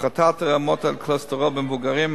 הפחתת רמות הכולסטרול במבוגרים,